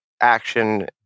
action